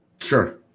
Sure